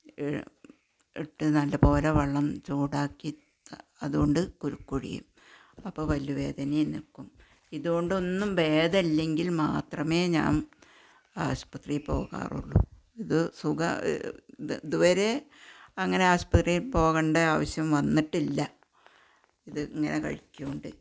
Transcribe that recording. ഇട്ട് നല്ല പോലെ വെള്ളം ചൂടാക്കി അതുകൊണ്ട് കുലുക്കുഴിയും അപ്പം പല്ലുവേദനയും നിൽക്കും ഇത് കൊണ്ടൊന്നും ഭേദമില്ലെങ്കില് മാത്രമേ ഞാന് ആശുപത്രിയില് പോകാറുള്ളു ഇത് സുഖം ഇതുവരെ അങ്ങനെ ആശുപത്രിയിൽ പോവണ്ട ആവശ്യം വന്നിട്ടില്ല ഇത് ഇങ്ങനെ കഴിക്കോണ്ട്